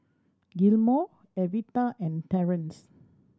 Gilmore Evita and Terrence